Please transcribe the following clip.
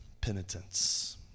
penitence